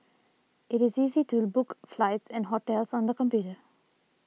it is easy to book flights and hotels on the computer